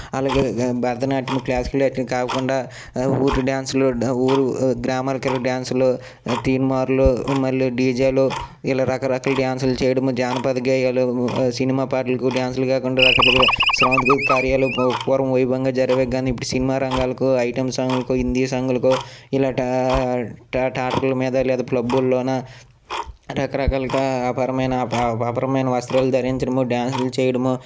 అలాగే భరతనాట్యము క్లాసికల్ అట్లా కాకుండా ఊరు డ్యాన్సులు ఊరు గ్రామాల్లో రికార్డింగ్ డ్యాన్సులు తీన్మార్లు మళ్ళీ డీజేలు ఇలా రకరకాల డ్యాన్సులు చేయడము జానపద గేయాలు సినిమా పాటలకు డ్యాన్సులు కాకుండా రకరకాల సాంస్కృతిక కార్యాలు పూర్వం వైభవంగా జరిగాయి కానీ ఇప్పుడు సినిమా రంగాలకు ఐటమ్ సాంగులకు హిందీ సాంగులకు ఇలా ట్రాక్టర్ల మీద లేదంటే పబ్బుల్లోన రకరకాలుగా ఆభరణమైన ఆవరణమైన వస్త్రాలు ధరించడము డ్యాన్స్లు చేయడము